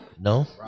No